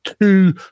two